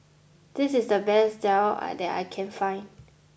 this is the best Daal that I can find